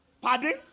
pardon